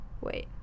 Wait